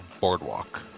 Boardwalk